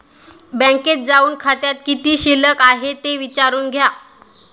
बँकेत जाऊन खात्यात किती शिल्लक आहे ते विचारून घ्या